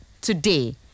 today